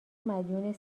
مدیون